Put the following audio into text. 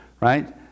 Right